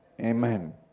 Amen